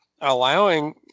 allowing